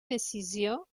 decisió